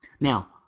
Now